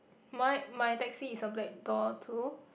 my my Taxi is a black door too